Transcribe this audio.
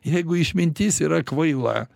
jeigu išmintis yra kvaila